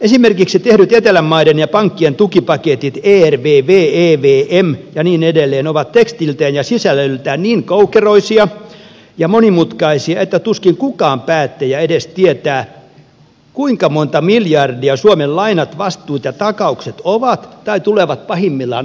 esimerkiksi tehdyt etelänmaiden ja pankkien tukipaketit ervv evm ja niin edelleen ovat tekstiltään ja sisällöltään niin koukeroisia ja monimutkaisia että tuskin kukaan päättäjä edes tietää kuinka monta miljardia suomen lainat vastuut ja ta kaukset ovat tai tulevat pahimmillaan olemaan